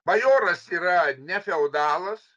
bajoras yra ne feodalas